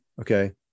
okay